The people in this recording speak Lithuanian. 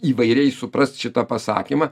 įvairiai suprast šitą pasakymą